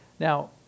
Now